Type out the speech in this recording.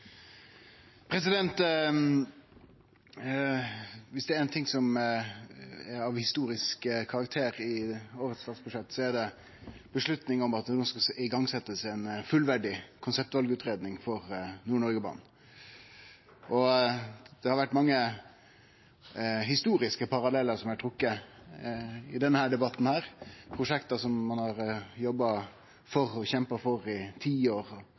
av historisk karakter i årets statsbudsjett, er det avgjerda om at det skal setjast i gang ei fullverdig konseptvalutgreiing for Nord-Noreg-banen. Det har vore mange historiske parallellar som har blitt trekte i denne debatten, prosjekt som ein har jobba for og kjempa for i 10 år,